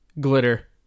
glitter